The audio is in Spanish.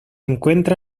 encuentra